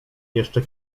jeszcze